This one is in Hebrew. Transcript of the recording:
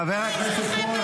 חבר הכנסת פורר,